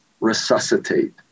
resuscitate